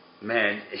Man